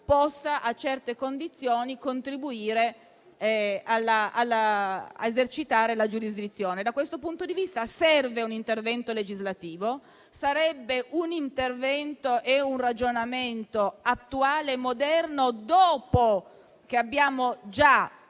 possa, a certe condizioni, contribuire a esercitare la giurisdizione. Da questo punto di vista, serve un intervento legislativo. Sarebbe un intervento e un ragionamento attuale e moderno, dopo che abbiamo